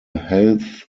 health